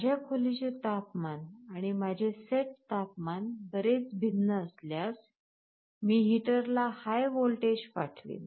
माझ्या खोलीचे तपमान आणि माझे सेट तापमान बरेच भिन्न असल्यास मी हीटरला high व्होल्टेज पाठविन